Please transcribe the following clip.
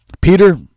Peter